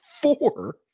Four